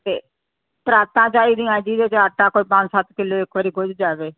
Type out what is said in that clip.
ਅਤੇ ਪਰਾਤਾਂ ਚਾਹੀਦੀਆਂ ਜਿਹਦੇ 'ਚ ਆਟਾ ਕੋਈ ਪੰਜ ਸੱਤ ਕਿਲੋ ਇੱਕ ਵਾਰੀ ਗੁਝ ਜਾਵੇ